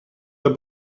the